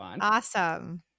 Awesome